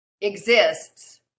Exists